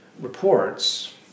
reports